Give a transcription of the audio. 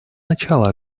начала